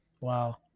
Wow